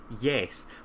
yes